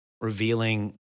revealing